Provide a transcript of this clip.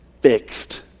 fixed